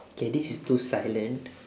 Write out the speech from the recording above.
K this is too silent